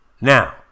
Now